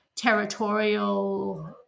territorial